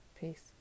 Peace